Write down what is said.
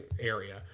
Area